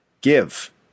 give